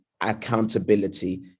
accountability